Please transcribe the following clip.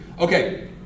Okay